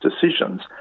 decisions